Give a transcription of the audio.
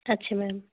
ਅੱਛਾ ਮੈਮ